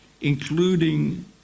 including